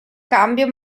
cambio